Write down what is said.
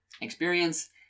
experience